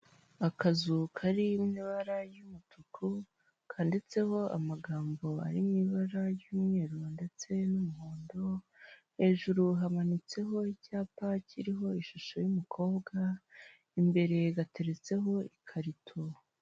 Akazu kari mu ibara ry'umutuku kanditseho amagambo ari mu ibara ry'umweru, ndetse n'umuhondo, hejuru hamanitseho icyapa kiriho ishusho y'umukobwa, imbere gateretseho ikarito.